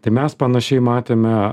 tai mes panašiai matėme